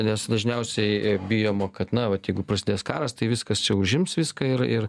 nes dažniausiai bijoma kad na vat jeigu prasidės karas tai viskas čia užims viską ir ir